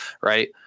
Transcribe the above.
right